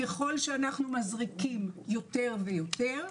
ככל שאנחנו מזריקים יותר ויותר,